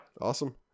Awesome